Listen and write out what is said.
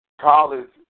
college